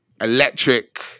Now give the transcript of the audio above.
electric